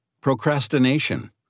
Procrastination